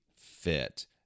fit